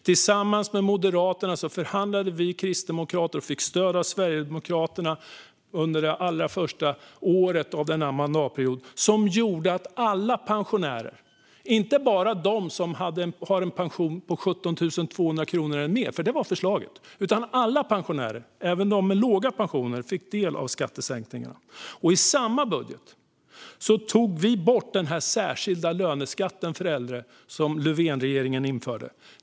Tillsammans med Moderaterna förhandlade vi kristdemokrater och fick stöd av Sverigedemokraterna under det allra första året av den här mandatperioden. Det gällde alla pensionärer och inte bara dem som hade en pension på 17 200 kronor eller mer, för det var förslaget. Alla pensionärer, även de med låga pensioner, fick del av skattesänkningarna. I samma budget tog vi bort den särskilda löneskatten för äldre som Löfvenregeringen införde.